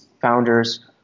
founders